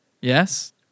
Yes